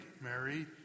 Mary